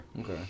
Okay